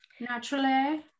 Naturally